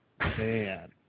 Man